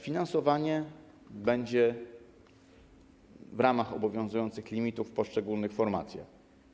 Finansowanie będzie w ramach obowiązujących limitów w poszczególnych formacjach.